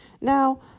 now